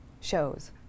shows